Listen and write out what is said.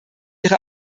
ihre